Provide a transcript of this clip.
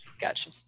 Gotcha